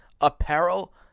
apparel